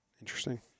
Interesting